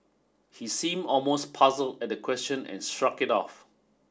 he seem almost puzzled at the question and shrugged it off